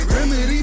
Remedy